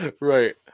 Right